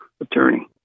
attorney